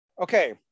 Okay